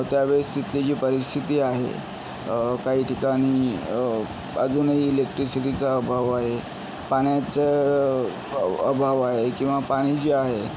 त्या वेळेस तिथली जी परिस्थिती आहे काही ठिकाणी अजूनही इलेक्ट्रिसिटीचा अभाव आहे पाण्याचं अ अभाव आहे किंवा पाणी जे आहे